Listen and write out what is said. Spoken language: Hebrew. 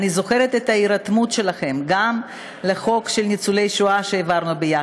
אני זוכרת את ההירתמות שלכם גם לחוק של ניצולי שואה שהעברנו ביחד,